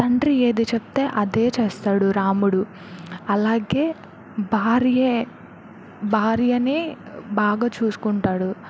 తండ్రి ఏది చెప్తే అదే చేస్తాడు రాముడు అలాగే భార్యే భార్యని బాగా చూసుకుంటాడు